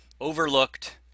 overlooked